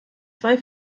zwei